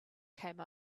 came